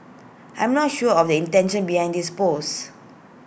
I'm not sure of the intention behind this post